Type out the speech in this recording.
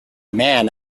man